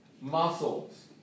muscles